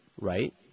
Right